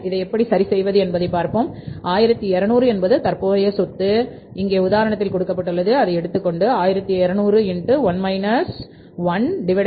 இதை எப்படி சரி செய்வது என்பதை பார்ப்போம் 1200 என்பது தற்போதைய சொத்து இங்கே உதாரணத்தில் கொடுக்கப்பட்டது அதை எடுத்துக்கொண்டு1200 1